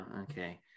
Okay